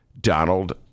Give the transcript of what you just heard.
Donald